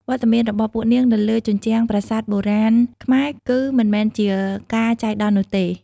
វត្តមានរបស់ពួកនាងនៅលើជញ្ជាំងប្រាសាទបុរាណខ្មែរ គឺមិនមែនជាការចៃដន្យនោះទេ។